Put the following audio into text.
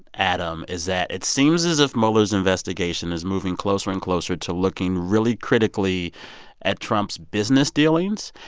adam, is that it seems as if mueller's investigation is moving closer and closer to looking really critically at trump's business dealings.